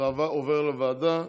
זה עובר לוועדה,